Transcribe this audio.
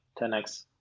10x